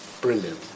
Brilliant